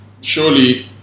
surely